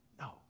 No